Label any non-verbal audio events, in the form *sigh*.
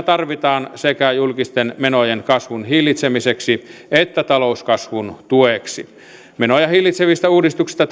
*unintelligible* tarvitaan sekä julkisten menojen kasvun hillitsemiseksi että talouskasvun tueksi menoja hillitsevistä uudistuksista *unintelligible*